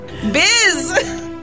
Biz